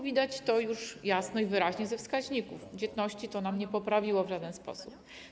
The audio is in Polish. Wynika to już jasno i wyraźnie ze wskaźników, że dzietności to nam nie poprawiło w żaden sposób.